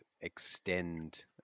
extend